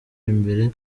imbere